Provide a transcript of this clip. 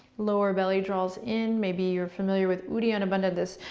lower belly draws in. maybe you're familiar with uddiyana bandha, this